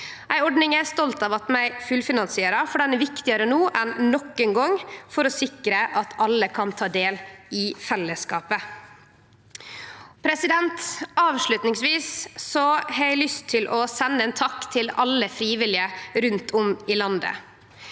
eg er stolt av at vi fullfinansierer, for ho er viktigare no enn nokon gong for å sikre at alle kan ta del i fellesskapet. Avslutningsvis har eg lyst til å sende ein takk til alle frivillige rundt om i landet